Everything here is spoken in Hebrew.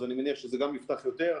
אז אני מניח שזה יפתח יותר.